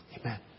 Amen